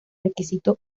requisito